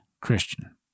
Christian